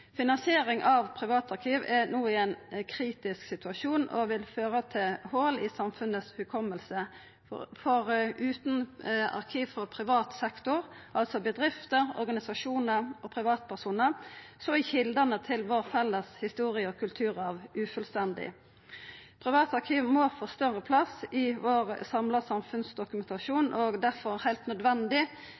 Finansiering av privatarkiv er no i ein kritisk situasjon og vil føra til hol i samfunnshukommelsen, for utan arkiv for privat sektor – altså bedrifter, organisasjonar og privatpersonar – er kjeldene til vår felles historie og kulturarv ufullstendige. Private arkiv må få større plass i vår samla samfunnsdokumentasjon, og det er difor heilt nødvendig